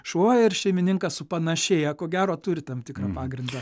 šuo ir šeimininkas supanašėja ko gero turi tam tikrą pagrindą